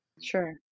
Sure